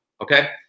Okay